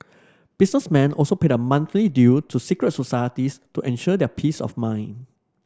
businessmen also paid a monthly due to secret societies to ensure their peace of mind